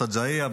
בשג'אעייה‎,